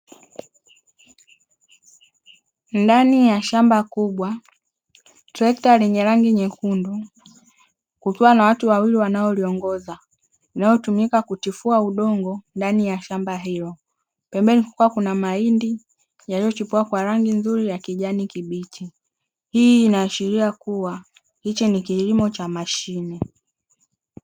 Ndani ya shamba kubwa trekta lenye rangi nyekundu kukiwa na watu wawili wanaoliongoza linalotumika kutifua udongo ndani ya shamba hilo, pembeni kukiwa na mahindi yaliyochipua kwa rangi nzuri ya kijani kibichi, hii inaashiria kuwa hichi ni kilimo cha mashine.